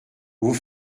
vous